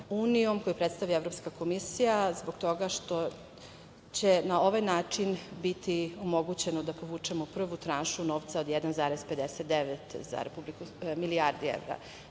koji predstavlja Evropska komisija zbog toga što će na ovaj način biti omogućeno da povučemo prvu tranšu novca od 1,59 milijardi evra